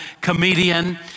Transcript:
comedian